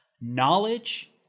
knowledge